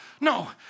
No